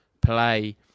play